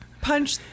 punch